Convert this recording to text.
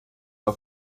auf